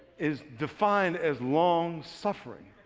is defined as long suffering.